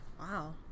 Wow